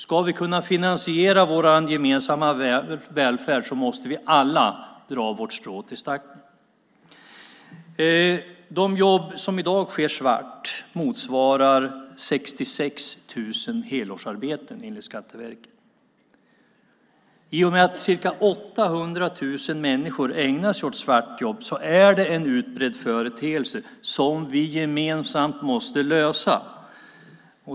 Ska vi kunna finansiera vår gemensamma välfärd måste vi alla dra vårt strå till stacken. De jobb som i dag sker svart motsvarar 66 000 helårsarbeten enligt Skatteverket. I och med att ca 800 000 människor ägnar sig åt svartjobb är det en utbredd företeelse som vi gemensamt måste lösa.